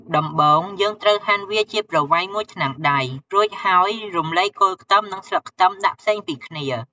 ដំបូងយើងត្រូវហាន់វាជាប្រវែងមួយថ្នាំងដៃ រួចហើយរំលែកគល់ខ្ទឹម និង ស្លឹកខ្ទឹមដាក់ផ្សេងពីគ្នា។